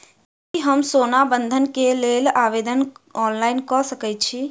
की हम सोना बंधन कऽ लेल आवेदन ऑनलाइन कऽ सकै छी?